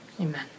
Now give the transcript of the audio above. amen